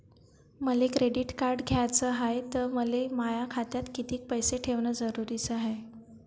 मले credit card घ्याचं हाय, त मले माया खात्यात कितीक पैसे ठेवणं जरुरीच हाय?